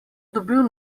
dobil